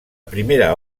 primera